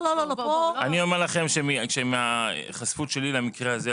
אני אומר לכם שמההיחשפות שלי למקרה הזה,